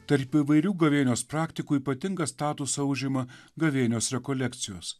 tarp įvairių gavėnios praktikų ypatingą statusą užima gavėnios rekolekcijos